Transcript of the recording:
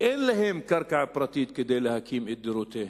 אין להם קרקע פרטית כדי להקים את דירותיהם.